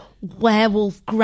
werewolf